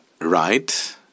right